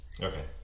Okay